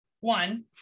one